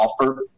offer